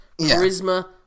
Charisma